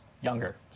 younger